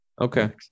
okay